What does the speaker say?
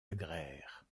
agraire